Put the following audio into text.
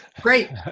Great